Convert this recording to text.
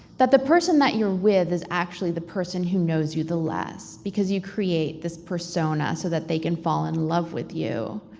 that the person that you're with is actually the person who knows you the less, because you create this persona so that they can fall in love with you,